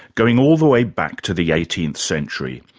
going all the way back to the eighteenth century.